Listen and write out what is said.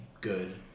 good